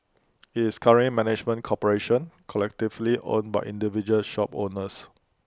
IT is currently management corporation collectively owned by individual shop owners